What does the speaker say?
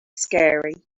scary